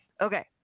Okay